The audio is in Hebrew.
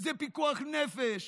זה פיקוח נפש.